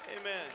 amen